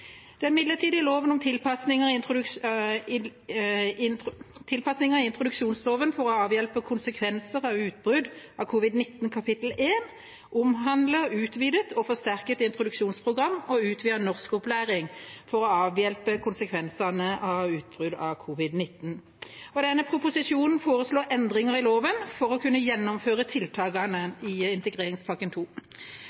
Den midlertidige loven om tilpasninger i introduksjonsloven for å avhjelpe konsekvenser av utbrudd av covid-19, kapittel 1, omhandler utvidet og forsterket introduksjonsprogram og utvidet norskopplæring for å avhjelpe konsekvensene av utbrudd av covid-19. Denne proposisjonen foreslår endringer i loven for å kunne gjennomføre tiltakene